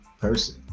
person